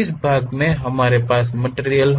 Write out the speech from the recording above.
इस भाग में हमारे पास मटिरियल होगी